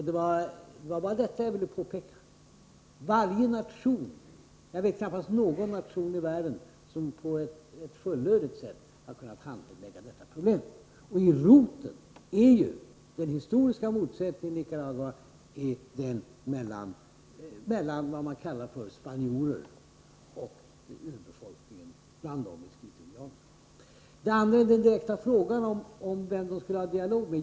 Det var bara detta jag ville påpeka. Knappast någon nation i världen, såvitt jag vet, har på ett fullödigt sätt kunnat handlägga detta problem. I roten är ju den historiska motsättningen i Nicaragua den mellan vad man kallar spanjorer och urbefolkningen, bland dem miskitoindianerna. Så till den direkta frågan om vem man skall ha en dialog med.